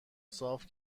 صاف